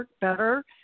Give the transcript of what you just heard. better